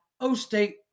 O-State